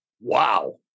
Wow